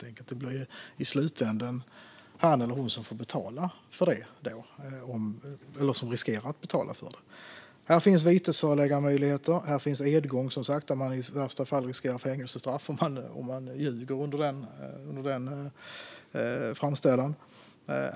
Det blir i slutändan han eller hon som riskerar att få betala. Här finns vitesföreläggandemöjligheter, och här finns som sagt edgång, där man i värsta fall riskerar fängelsestraff om man ljuger under framställan.